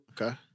Okay